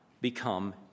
become